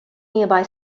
nearby